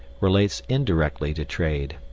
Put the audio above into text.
relates indirectly to trade.